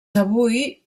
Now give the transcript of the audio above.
avui